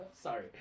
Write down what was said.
Sorry